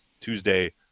Tuesday